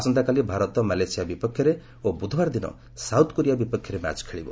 ଆସନ୍ତାକାଲି ଭାରତ ମାଲେସିଆ ବିପକ୍ଷରେ ଓ ବୃଧବାର ଦିନ ସାଉଥକୋରିଆ ବିପକ୍ଷରେ ମ୍ୟାଚ ଖେଳିବ